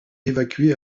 évacuer